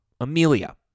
Amelia